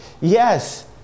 Yes